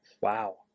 Wow